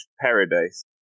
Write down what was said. Paradise